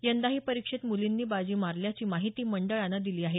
यंदाही परिक्षेत मुलींनी बाजी मारल्याची माहिती मंडळानं दिली आहे